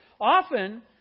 Often